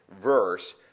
verse